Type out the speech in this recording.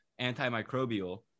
antimicrobial